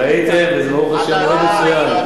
ראיתם, וברוך השם זה עובד מצוין.